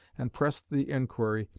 and pressed the inquiry,